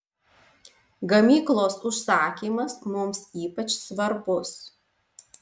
gamyklos užsakymas mums ypač svarbus